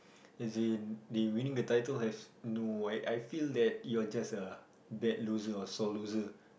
as in they winning the title has no why I feel that you're just a bad loser or sore loser